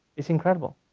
it's incredible.